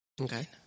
Okay